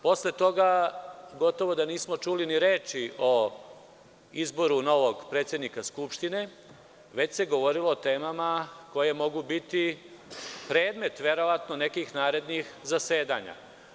Posle toga, gotovo da nismo čuli ni reči o izboru novog predsednika Skupštine, već se govorilo o temama koje mogu biti verovatno predmet nekih narednih zasedanja.